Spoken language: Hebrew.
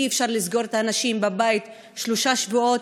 אי-אפשר לסגור את האנשים בבית שלושה שבועות,